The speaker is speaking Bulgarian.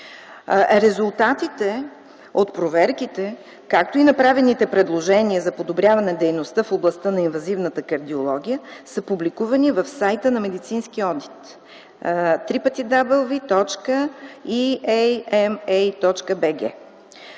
Резултатите от проверките, както и направените предложения за подобряване дейността в областта на инвазивната кардиология са публикувани в сайта на „Медицински одит” – www.eama.bg.